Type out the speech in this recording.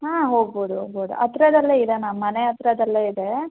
ಹ್ಞೂ ಹೋಗ್ಬೋದು ಹೋಗ್ಬೋದು ಹತ್ರದಲ್ಲೇ ಇದೆ ಮ್ಯಾಮ್ ಮನೆ ಹತ್ರದಲ್ಲೇ ಇದೆ